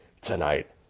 tonight